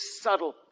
subtle